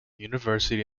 university